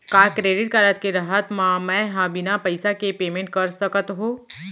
का credit card के रहत म, मैं ह बिना पइसा के पेमेंट कर सकत हो?